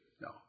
No